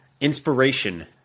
inspiration